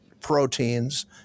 proteins